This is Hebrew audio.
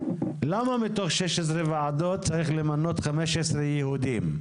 למה מתוך שש עשרה ועדות צריך למנות חמש עשרה יהודים?